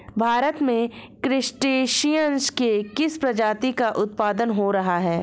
भारत में क्रस्टेशियंस के किस प्रजाति का उत्पादन हो रहा है?